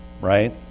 right